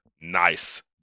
nice